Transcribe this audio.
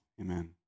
Amen